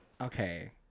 okay